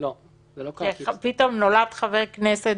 פחות מתאימה.